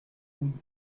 route